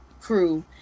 crew